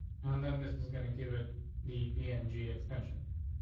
and then this is going to give it the p n g extension.